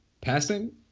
passing